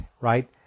right